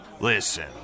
Listen